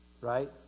Right